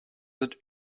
sind